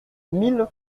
mille